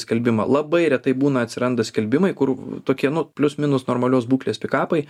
skelbimą labai retai būna atsiranda skelbimai kur tokie nu plius minus normalios būklės pikapai